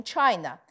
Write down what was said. China